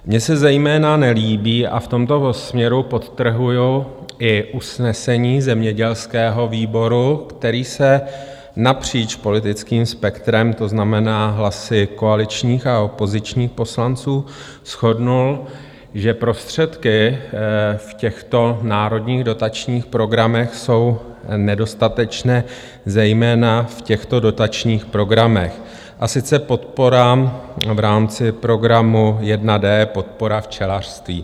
Mně se zejména nelíbí a v tomto směru podtrhuji i usnesení zemědělského výboru, který se napříč politickým spektrem, to znamená hlasy koaličních a opozičních poslanců, shodl, že prostředky v těchto národních dotačních programech jsou nedostatečné, zejména v těchto dotačních programech, a sice podpora v rámci programu 1D podpora včelařství.